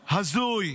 הזוי.